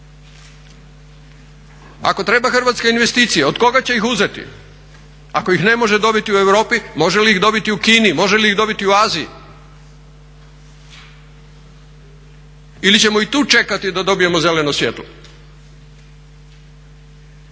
Ako treba Hrvatska investicije, od koga će ih uzeti? Ako ih ne može dobiti u Europi, može li ih dobiti u Kini, može li ih dobiti u Aziji? Ili ćemo i tu čekati da dobijemo zeleno svjetlo.